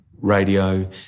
radio